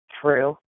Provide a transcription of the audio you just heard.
true